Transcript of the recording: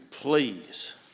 Please